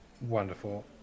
Wonderful